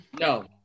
No